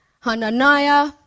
Hananiah